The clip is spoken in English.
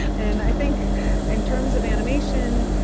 and i think in terms of animation,